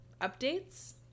updates